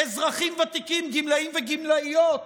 אזרחים ותיקים, גמלאים וגמלאיות,